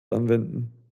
anwenden